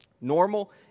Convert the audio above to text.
normal